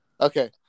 Okay